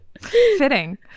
Fitting